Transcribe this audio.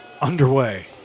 underway